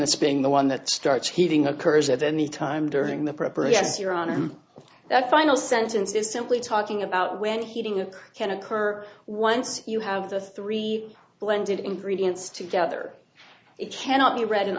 sentence being the one that starts heaving occurs at any time during the preparations you're on that final sentence is simply talking about when heating a can occur once you have the three blended ingredients together it cannot be read in